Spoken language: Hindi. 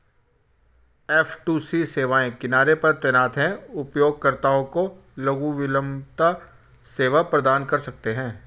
एफ.टू.सी सेवाएं किनारे पर तैनात हैं, उपयोगकर्ताओं को लघु विलंबता सेवा प्रदान कर सकते हैं